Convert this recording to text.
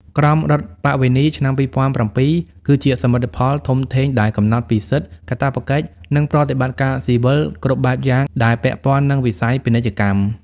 ក្រមរដ្ឋប្បវេណីឆ្នាំ ២០០៧ គឺជាសមិទ្ធផលធំធេងដែលកំណត់ពីសិទ្ធិ កាតព្វកិច្ច និងប្រតិបត្តិការស៊ីវិលគ្រប់បែបយ៉ាងដែលពាក់ព័ន្ធនឹងវិស័យពាណិជ្ជកម្ម។